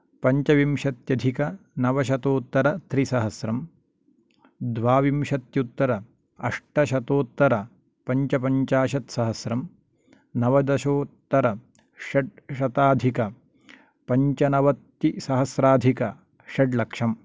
पञ्चविंशत्यधिकनवशतोत्तरत्रिसहस्रं द्वाविंशत्योत्तर अष्यशतोत्तरपञ्चपञ्चाशत् सहस्रं नवदशोत्तरषट्शताधिकपञ्चनवतिसहस्राधिकषड् लक्षम्